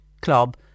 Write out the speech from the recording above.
club